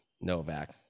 Novak